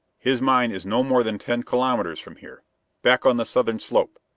his mine is no more than ten kilometers from here back on the southern slope.